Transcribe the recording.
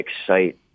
excite